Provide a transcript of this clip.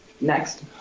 next